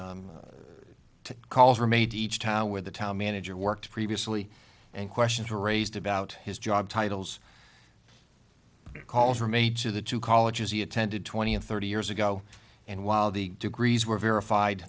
questions calls were made each time where the town manager worked previously and questions were raised about his job titles calls were made to the two colleges he attended twenty or thirty years ago and while the degrees were verified